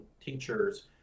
teachers